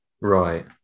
Right